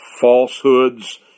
falsehoods